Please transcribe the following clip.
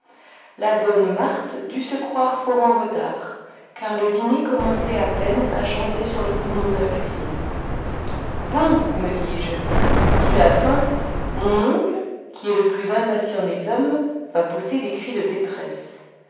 la bonne marthe dut se croire fort en retard car le dîner commençait à peine à chanter sur le fourneau de la cuisine bon me dis-je s'il a faim mon oncle qui est le plus impatient des hommes va pousser des cris de détresse